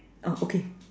uh okay